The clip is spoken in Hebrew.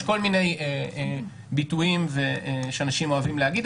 יש כל מיני ביטויים שאנשים אוהבים להגיד,